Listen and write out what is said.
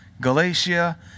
Galatia